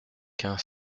quinze